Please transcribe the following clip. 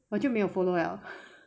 我就没有 follow liao